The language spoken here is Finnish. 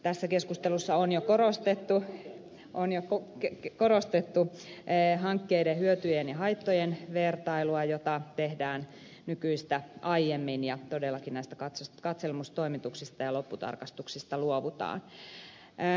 tässä keskustelussa on jo korostettu hankkeiden hyötyjen ja haittojen vertailua jota tehdään nykyistä aiemmin ja todellakin näistä katselmustoimituksista ja lopputarkastuksista luovutaan